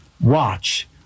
watch